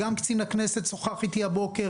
גם קצין הכנסת שוחח איתי הבוקר.